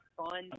fun